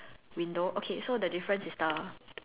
window okay so the difference is the